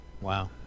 Wow